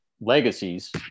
legacies